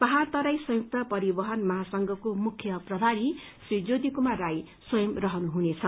पाहाड़ तराई सुयुक्त परिवहन महासंघको मुख्य प्रभारी श्री ज्याति कुमार राई स्वंयम रहनु हुनेछ